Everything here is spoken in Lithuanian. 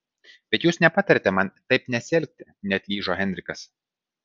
bet jūs nepatariate man taip nesielgti neatlyžo henrikas